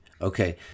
okay